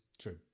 True